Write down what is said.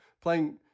Playing